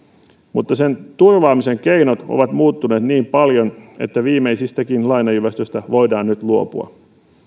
mutta sen turvaamisen keinot ovat muuttuneet niin paljon että viimeisistäkin lainajyvästöistä voidaan nyt luopua